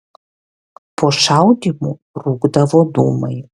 po šaudymų rūkdavo dūmai